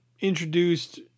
introduced